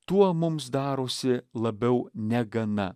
tuo mums darosi labiau negana